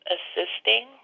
Assisting